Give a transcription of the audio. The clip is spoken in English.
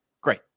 great